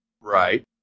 Right